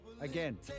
Again